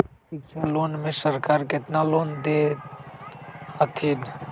शिक्षा लोन में सरकार केतना लोन दे हथिन?